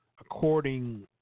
according